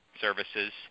services